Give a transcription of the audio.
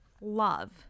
love